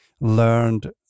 learned